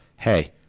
Hey